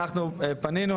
אנחנו פנינו,